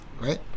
right